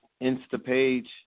instapage